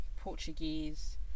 portuguese